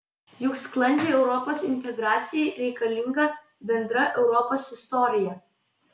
juk sklandžiai europos integracijai reikalinga bendra europos istorija